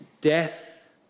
death